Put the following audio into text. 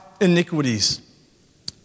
iniquities